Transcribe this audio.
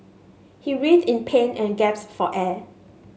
he writhed in pain and gasped for air